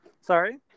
Sorry